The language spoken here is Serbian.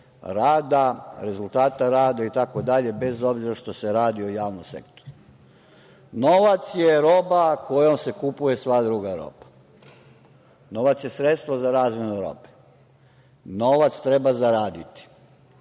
rada, rezultata rada itd, bez obzira što se radi o javnom sektoru. Novac je roba kojom se kupuje sva druga roba. Novac je sredstvo za razmenu robe. Novac treba zaraditi.